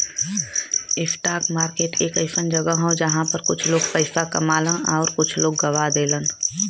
stock market एक अइसन जगह हौ जहां पर कुछ लोग पइसा कमालन आउर कुछ लोग गवा देलन